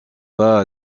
pas